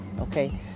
Okay